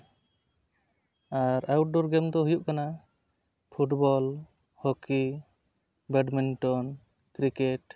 ᱟᱨ outdoor game ᱫᱚ ᱦᱩᱭᱩᱜ ᱠᱟᱱᱟ ᱯᱷᱩᱴᱵᱚᱞ ᱦᱚᱠᱤ ᱵᱮᱰᱢᱤᱱᱴᱚᱱ ᱠᱨᱤᱠᱮᱴ